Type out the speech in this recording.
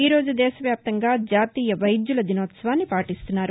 ఈ రోజు దేశ వ్యాప్తంగా జాతీయ వైద్యుల దినోత్సవాన్ని పాటిస్తున్నారు